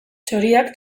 txoriak